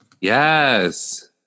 Yes